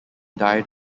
died